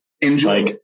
enjoy